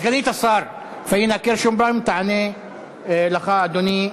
סגנית השר פניה קירשנבאום תענה לך, אדוני,